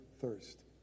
thirst